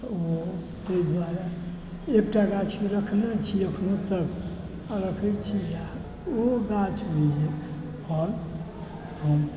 तऽ ओ ताहि दुआरे एकटा गाछी राखने छी एखनो तक आ राखै छी ओ गाछ अइ फल हम